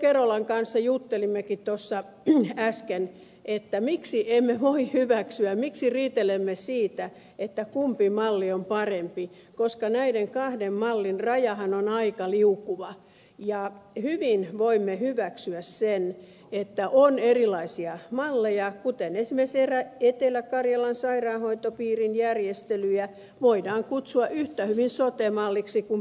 kerolan kanssa juttelimmekin tuossa äsken miksi emme voi hyväksyä miksi riitelemme siitä kumpi malli on parempi koska näiden kahden mallin rajahan on aika liukuva ja hyvin voimme hyväksyä sen että on erilaisia malleja kuten esimerkiksi etelä karjalan sairaanhoitopiirin järjestelyjä voidaan kutsua yhtä hyvin sote malliksi kuin piirimalliksi